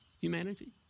humanity